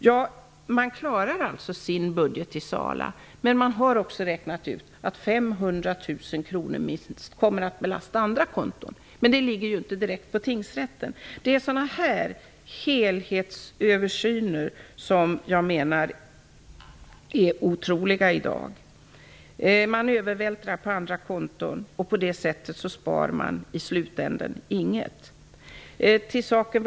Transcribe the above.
I Sala klarar man alltså sin budget, men man har också räknat ut att minst 500 000 kr kommer att belasta andra konton. Det ligger dock inte direkt på tingsrätten. Det är sådana här helhetsöversyner som jag menar är otroliga i dag. Man övervältrar på andra konton. På det sättet spar man i slutändan ingenting.